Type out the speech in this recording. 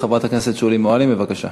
חברת הכנסת שולי מועלם, בבקשה.